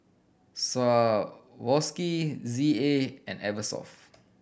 Swarovski Z A and Eversoft